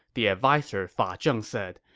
the adviser fa ah zheng said.